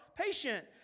patient